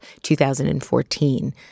2014